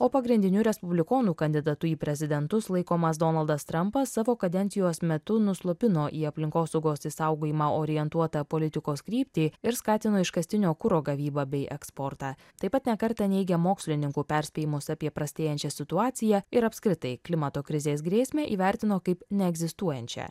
o pagrindiniu respublikonų kandidatu į prezidentus laikomas donaldas trampas savo kadencijos metu nuslopino į aplinkosaugos išsaugojimą orientuotą politikos kryptį ir skatino iškastinio kuro gavybą bei eksportą taip pat ne kartą neigė mokslininkų perspėjimus apie prastėjančią situaciją ir apskritai klimato krizės grėsmę įvertino kaip neegzistuojančią